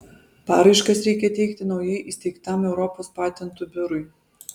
paraiškas reikia teikti naujai įsteigtam europos patentų biurui